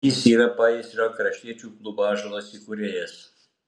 jis yra paįstrio kraštiečių klubo ąžuolas įkūrėjas